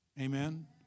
Amen